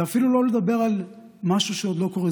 זה אפילו לא לדבר על משהו שעוד לא קורה,